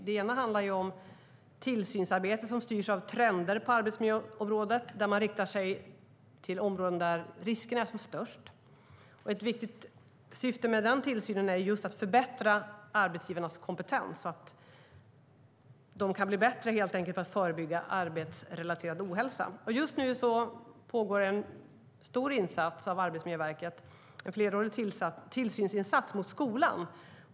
Det ena handlar om tillsynsarbete som styrs av trender på arbetsmiljöområdet, och man riktar sig till områden där riskerna är som störst. Ett viktigt syfte med den tillsynen är att förbättra arbetsgivarnas kompetens så att de kan bli bättre på att förebygga arbetsrelaterad ohälsa. Just nu pågår en stor insats av Arbetsmiljöverket. Det är en flerårig tillsynsinsats mot skolan.